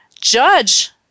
judge